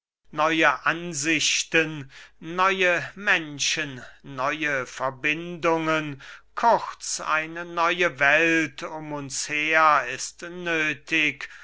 neue ansichten neue menschen neue verbindungen kurz eine neue welt um uns her ist